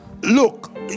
look